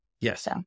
Yes